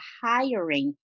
hiring